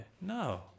No